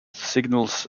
signals